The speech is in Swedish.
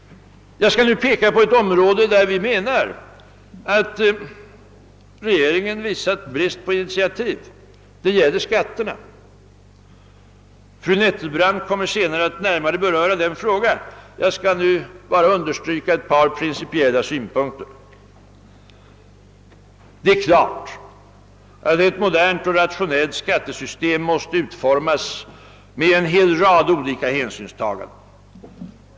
Jag skall nu peka på ett område, där vi menar att regeringen visat brist på initiativ. Det gäller skatterna. Fru Nettelbrandt kommer senare att närmare beröra denna fråga. Jag skall nu bara understryka ett par principiella synpunkter. Det är klart att ett modernt och rationellt skattesystem måste utformas med en hel rad olika hänsynstaganden.